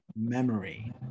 memory